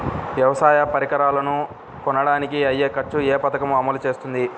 వ్యవసాయ పరికరాలను కొనడానికి అయ్యే ఖర్చు ఏ పదకము అమలు చేస్తుంది?